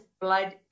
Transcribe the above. blood